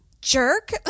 Jerk